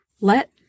let